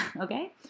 okay